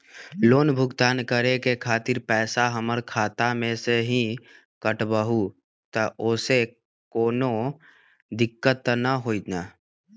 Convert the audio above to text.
Loan भुगतान करे के खातिर पैसा हमर खाता में से ही काटबहु त ओसे कौनो दिक्कत त न होई न?